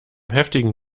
heftigen